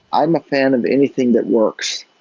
i'm a fan of anything that works.